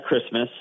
Christmas